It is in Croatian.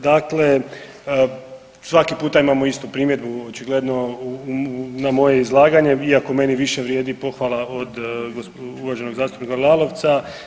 Dakle, svaki puta imamo istu primjedbu očigledno na moje izlaganje, iako meni više vrijedi pohvala od uvaženog zastupnika Lalovca.